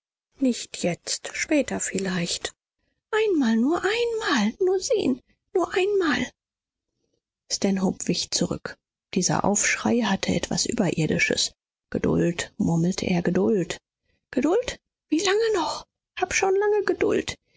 nicht jetzt später vielleicht einmal nur einmal nur sehen nur einmal stanhope wich zurück dieser aufschrei hatte etwas überirdisches geduld murmelte er geduld geduld wie lange noch hab schon lange geduld